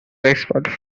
except